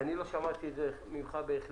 ואני לא שמעתי את זה ממך בהחלטיות,